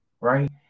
right